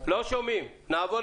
השופטים שנמצאים